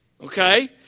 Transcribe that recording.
Okay